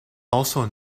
also